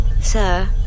sir